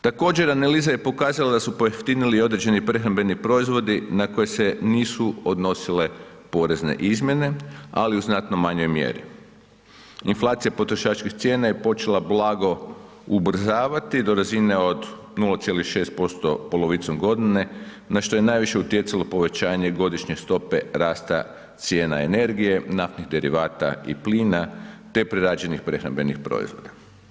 Također analiza je pokazala da su pojeftinili i određeni prehrambeni proizvodi na koje se nisu odnosile porezne izmjene, ali u znatno manjoj mjeri, inflacija potrošačkih cijena je počela blago ubrzavati do razine od 0,6% polovicom godine, na što je najviše utjecalo povećanje godišnje stope rasta cijena energije, naftnih derivata i plina, te prerađenih prehrambenih proizvoda.